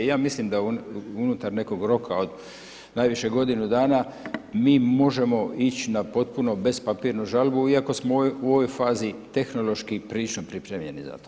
I ja mislim da unutar nekog roka od najviše godinu dana mi možemo ići na potpunu bez papirnu žalbu iako smo u ovoj fazi tehnološki prilično pripremljeni za to.